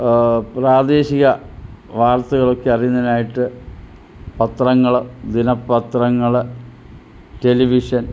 പ്രാദേശിക വർത്തകളൊക്കെ അറിയുന്നതിനായിട്ടു പത്രങ്ങൾ ദിനപത്രങ്ങൾ ടെലിവിഷൻ